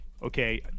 Okay